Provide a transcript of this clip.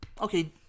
okay